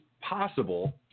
possible